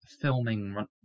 Filming